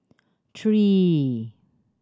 three